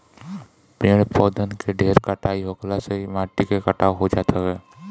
पेड़ पौधन के ढेर कटाई होखला से भी माटी के कटाव हो जात हवे